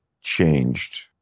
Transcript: changed